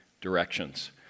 directions